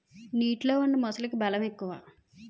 నీటిలో ఉన్న మొసలికి బలం ఎక్కువ